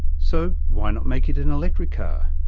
so why not make it an electric car?